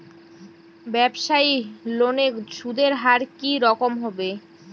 ব্যবসায়ী লোনে সুদের হার কি রকম হবে?